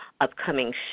upcoming